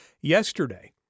yesterday